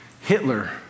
Hitler